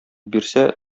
бирсә